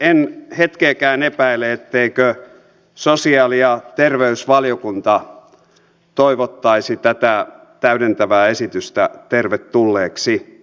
en hetkeäkään epäile etteikö sosiaali ja terveysvaliokunta toivottaisi tätä täydentävää esitystä tervetulleeksi